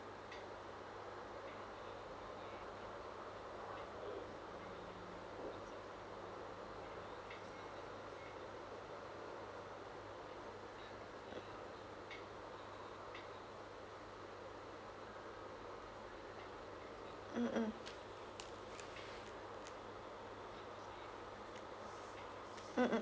mm mm